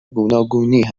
گوناگونی